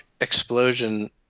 explosion